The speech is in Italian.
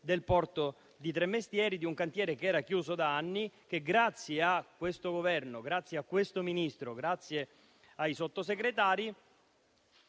del porto di Tremestieri, un cantiere chiuso da anni. Grazie a questo Governo, grazie a questo Ministro e grazie ai Sottosegretari,